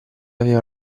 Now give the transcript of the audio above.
aveva